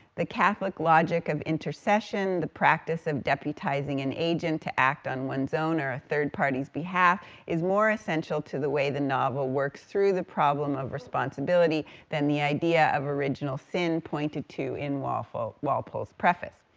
the catholic logic of intercession, the practice of deputizing an agent to act on one's own or a third party's behalf is more essential to the way the novel works through the problem of responsibility than the idea of original sin pointed to in walpole's walpole's preface.